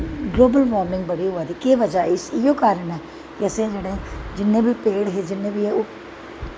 global warming बड़ी होआ दी केह् कारन ऐ इयो बज़ाह् ऐ असें जेह्ड़े जिन्नें बी पेड़ हे